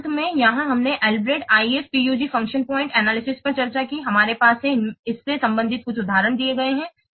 तो अंत में यहां हमने अल्ब्रेक्ट IFPUG फ़ंक्शन पॉइंट विश्लेषण पर चर्चा की है हमारे पास है इससे संबंधित कुछ उदाहरण दिए गए हैं